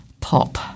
Pop